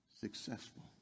successful